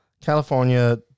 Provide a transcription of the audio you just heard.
California